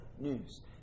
news